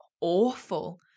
awful